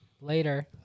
later